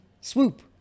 swoop